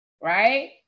right